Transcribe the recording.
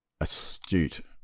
astute